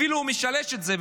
אפילו משלש את זה,